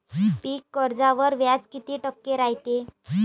पीक कर्जावर व्याज किती टक्के रायते?